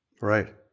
Right